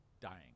dying